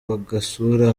agasura